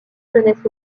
jeunesse